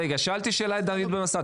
שאלתי שאלה את דוד בן בסט.